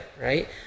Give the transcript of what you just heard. right